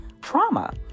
trauma